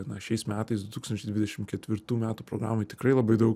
na šiais metais du tūkstančiai dvidešim ketvirtų metų programai tikrai labai daug